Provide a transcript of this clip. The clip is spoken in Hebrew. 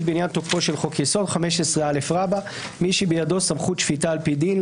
בעניין תוקפו של חוק-יסוד 15א. מי שבידו סמכות שפיטה על פי דין,